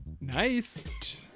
nice